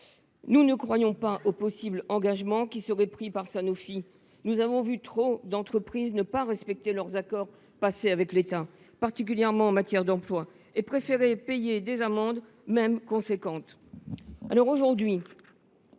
Nous ne croyons pas aux possibles engagements qui seraient pris par Sanofi. Nous avons vu trop d’entreprises ne pas respecter leurs accords passés avec l’État, particulièrement en matière d’emploi, et préférer payer des amendes, même considérables.